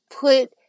put